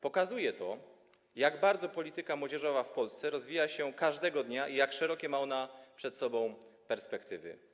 Pokazuje to, jak bardzo polityka młodzieżowa w Polsce rozwija się każdego dnia i jak szerokie ma ona przed sobą perspektywy.